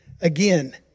again